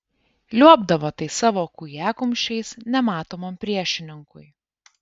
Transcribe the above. liuobdavo tais savo kūjakumščiais nematomam priešininkui